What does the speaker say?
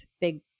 big